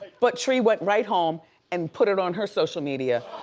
but tree went right home and put it on her social media.